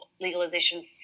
legalization